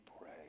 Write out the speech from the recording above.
pray